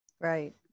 right